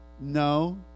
No